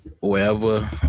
wherever